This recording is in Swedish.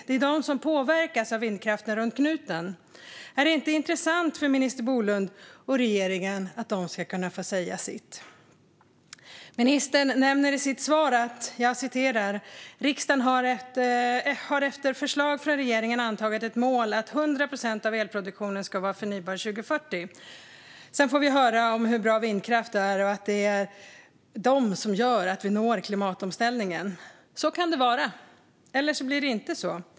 Det är de som påverkas av vindkraften runt knuten. Är det inte intressant för minister Bolund och regeringen att dessa människor ska kunna få säga sitt? Ministern säger i sitt svar: "Riksdagen har efter förslag från regeringen antagit målet att 100 procent av elproduktionen ska vara förnybar 2040." Sedan får vi höra om ur bra vindkraft är och att det är den som gör att vi når klimatomställningen. Så kan det vara. Eller så blir det inte så.